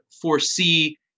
foresee